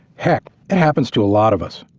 heck, it happens to a lot of us.